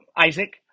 Isaac